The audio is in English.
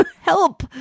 Help